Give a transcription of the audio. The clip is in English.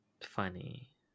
funny